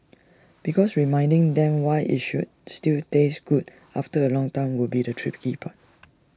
because reminding them why IT should still taste good after A long time will be the tricky part